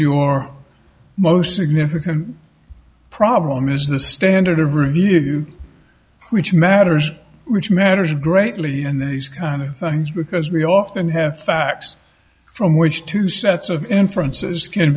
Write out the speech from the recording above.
your most significant problem is the standard of review which matters rich marriage greatly and then these kind of things because we often have facts from which two sets of inferences can